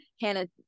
hannah